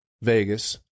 Vegas